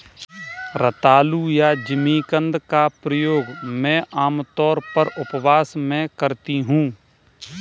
रतालू या जिमीकंद का प्रयोग मैं आमतौर पर उपवास में करती हूँ